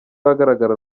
ahagaragara